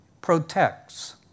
protects